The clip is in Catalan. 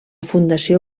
fundació